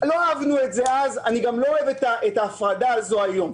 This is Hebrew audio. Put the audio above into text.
לא אהבנו את זה אז ואני גם לא אוהב את ההפרדה הזאת היום.